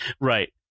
Right